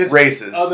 races